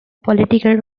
political